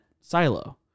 silo